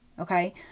Okay